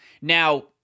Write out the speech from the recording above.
Now